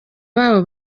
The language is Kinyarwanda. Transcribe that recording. babo